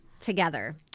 together